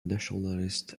nationalist